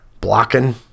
blocking